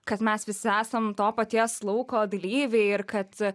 kad mes visi esam to paties lauko dalyviai ir kad